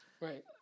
Right